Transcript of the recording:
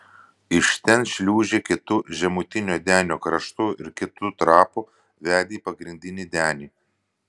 iš ten šliūžė kitu žemutinio denio kraštu ir kitu trapu vedė į pagrindinį denį